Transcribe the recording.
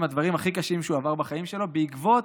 הדברים הכי קשים שהוא עבר בחיים שלו בעקבות